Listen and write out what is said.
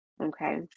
okay